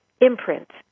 imprint